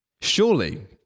Surely